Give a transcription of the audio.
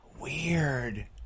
Weird